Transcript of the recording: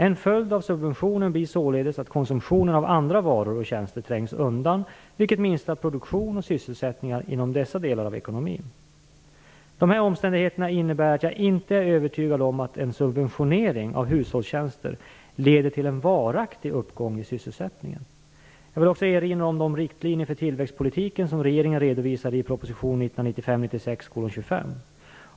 En följd av subventionen blir således att konsumtionen av andra varor och tjänster trängs undan, vilket minskar produktion och sysselsättning inom dessa delar av ekonomin. Dessa omständigheter innebär att jag inte är övertygad om att en subventionering av hushållstjänster leder till en varaktig uppgång i sysselsättningen. Jag vill också erinra om de riktlinjer för tillväxtpolitiken som regeringen redovisade i proposition 1995/96:25.